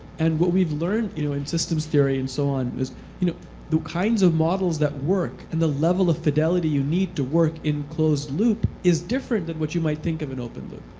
and what we've learned you know in systems theory and so on is you know the kinds of models that work and the level of fidelity you need to work in closed loop is different than what you might think of in open loop.